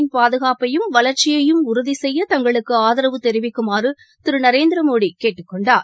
பாகுகாப்பையும் வளர்ச்சியையும் உறுதிசெய்ய தங்களுக்குஆதரவு நாட்டின் தெரிவிக்குமாறுதிருநரேந்திரமோடிகேட்டுக்கொண்டார்